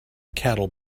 cattle